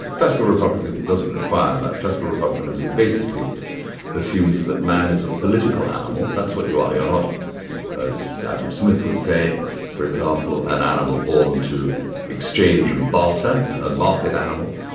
classical republicanism doesn't require that. classical republicanism basically assumes that man is a political animal, that's what you are, you're not as adam smith would say for example, an animal born to exchange and barter, a market animal.